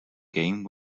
game